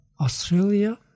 Australia